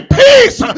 peace